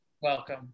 welcome